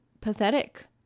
pathetic